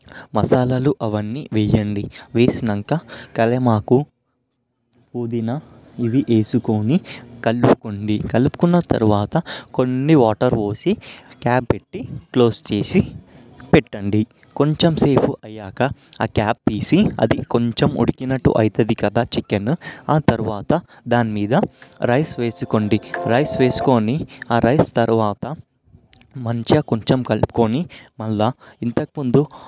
మసాలలు అవన్నీ వేయండి వేసాక కల్యామాకు పుదీనా ఇవి వేసుకొని కలుపుకోండి కలుపుకున్న తరువాత కొన్ని వాటర్ పోసి క్యాప్ పెట్టి క్లోజ్ చేసి పెట్టండి కొంచెం సేపు అయ్యాక ఆ క్యాప్ తీసి అది కొంచెం ఉడికినట్టు అవుతుంది కదా చికెన్ ఆ తరువాత దాని మీద రైస్ వేసుకోండి రైస్ వేసుకొని ఆ రైస్ తరువాత మంచిగా కొంచెం కలుపుకొని మళ్ళీ ఇంతకు ముందు